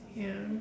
ya